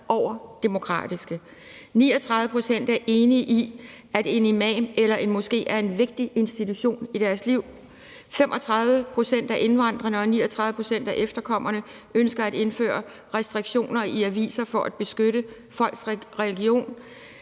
over demokratiske. 39 pct. er enige i, at en imam eller en moské er en vigtig institution i deres liv. 35 pct. af indvandrerne og 39 pct. af efterkommerne ønsker at indføre restriktioner i aviser for at beskytte folks religion,